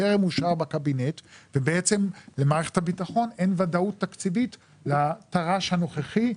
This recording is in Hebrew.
טרם אושר בקבינט ובעצם למערכת הביטחון אין ודאות תקציבית לתר"ש הנוכחי.